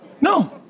No